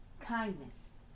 kindness